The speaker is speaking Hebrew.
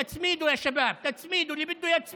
תצמידו, יא שבאב,